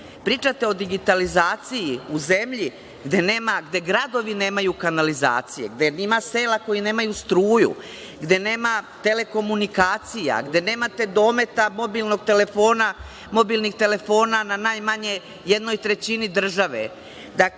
Pričate o digitalizaciji u zemlji gde gradovi nemaju kanalizacije, gde ima sela koja nemaju ni struju, gde nema telekomunikacija, gde nemate dometa mobilnih telefona na najmanje jednoj trećini države.